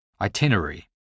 itinerary